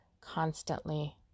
constantly